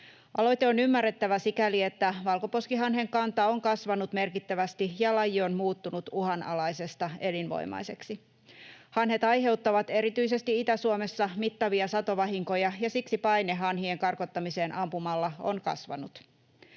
Aloite on ymmärrettävä sikäli, että valkoposkihanhen kanta on kasvanut merkittävästi ja laji on muuttunut uhanalaisesta elinvoimaiseksi. Hanhet aiheuttavat erityisesti Itä-Suomessa mittavia satovahinkoja, ja siksi paine hanhien karkottamiseen ampumalla on kasvanut.